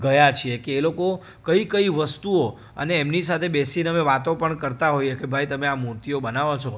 ગયા છીએ કે એ લોકો કઈ કઈ વસ્તુઓ અને એમની સાથે બેસીને અમે વાતો પણ કરતાં હોઈએ કે ભાઈ તમે આ મૂર્તિઓ બનાવો છો